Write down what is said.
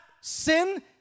sin